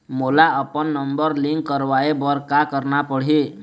मोला अपन number link करवाये बर का करना पड़ही?